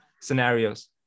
scenarios